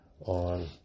on